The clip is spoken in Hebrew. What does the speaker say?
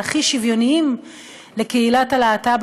והכי שוויוניים לקהילת הלהט"ב,